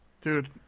dude